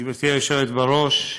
גברתי היושבת בראש,